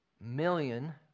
million